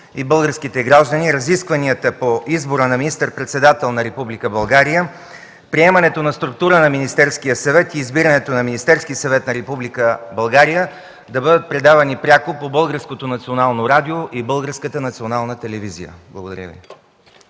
и българските граждани разискванията по избора на министър-председател на Република България, приемането на структура на Министерски съвет и избирането на Министерски съвет на Република България да бъдат предавани пряко по Българското